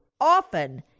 often